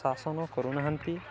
ଶାସନ କରୁନାହାନ୍ତି